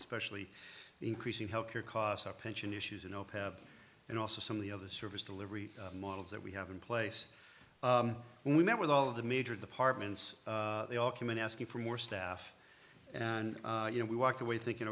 especially increasing health care costs our pension issues and and also some of the other service delivery models that we have in place when we met with all of the major department they all came in asking for more staff and you know we walked away thinking